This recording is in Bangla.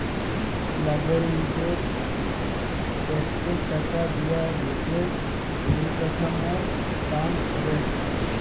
লাগরিকদের ট্যাক্সের টাকা দিয়া দ্যশের পরিকাঠামর কাম ক্যরে